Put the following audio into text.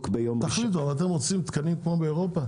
תחליטו, אתם רוצים תקנים כמו באירופה?